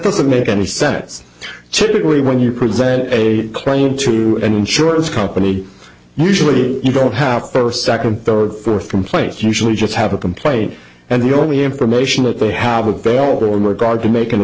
doesn't make any sense typically when you present a claim to an insurance company usually you don't have first second third fourth complaints usually just have a complaint and the only information that they haven't failed or regard to mak